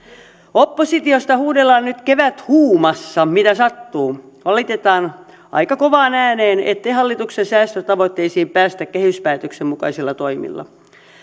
oppositiosta huudellaan nyt keväthuumassa mitä sattuu valitetaan aika kovaan ääneen ettei hallituksen säästötavoitteisiin päästä kehyspäätöksen mukaisilla toimilla